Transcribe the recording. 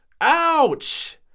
Ouch